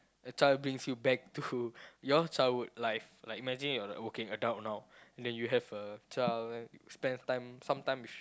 a child brings you back to your childhood life like imagine you are working adult now and then you have a child then you spend time some time with